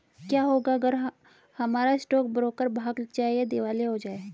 क्या होगा अगर हमारा स्टॉक ब्रोकर भाग जाए या दिवालिया हो जाये?